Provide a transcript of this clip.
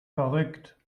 verrückt